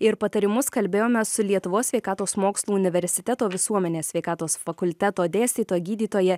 ir patarimus kalbėjome su lietuvos sveikatos mokslų universiteto visuomenės sveikatos fakulteto dėstytoja gydytoja